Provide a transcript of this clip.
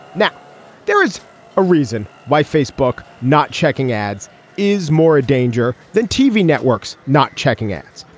now there is a reason why facebook not checking ads is more a danger than tv networks not checking ads.